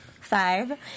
Five